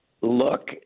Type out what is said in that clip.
look